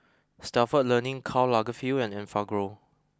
Stalford Learning Karl Lagerfeld and Enfagrow